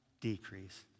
decrease